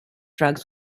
drugs